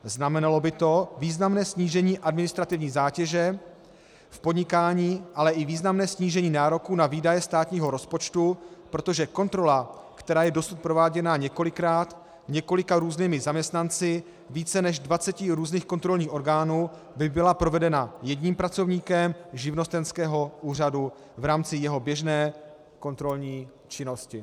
Znamenalo by to významné snížení administrativní zátěže v podnikání, ale i významné snížení nároků na výdaje státního rozpočtu, protože kontrola, která je dosud prováděna několikrát několika různými zaměstnanci více než 20 různých kontrolních orgánů, by byla provedena jedním pracovníkem živnostenského úřadu v rámci jeho běžné kontrolní činnosti.